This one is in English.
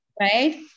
Right